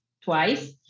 twice